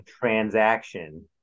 transaction